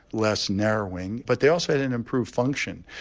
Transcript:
less narrowing but they also had an improved function,